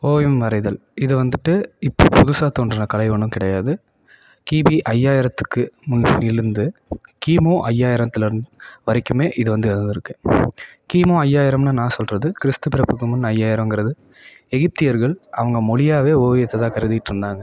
ஓவியம் வரைதல் இது வந்துவிட்டு இப்போ புதுசாக தோன்றின கலை ஒன்றும் கிடையாது கிபி ஐயாயிரத்துக்கு முன்னாடியிலந்து கிமு ஐயாயிரத்துலருந்து வரைக்குமே இது வந்து இருந்து இருக்கு கிமு ஐயாயிரம்ன்னு நான் சொல்லுறது கிறிஸ்து பிறப்புக்கு முன் ஐயாயிரங்கிறது எகிப்தியர்கள் அவங்க மொழியாகவே ஓவியத்தைதான் கருதிட்டுருந்தாங்க